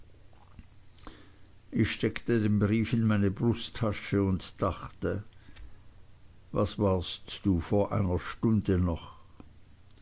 ich steckte den brief in meine brusttasche und dachte was warst du vor einer stunde noch